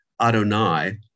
Adonai